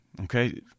okay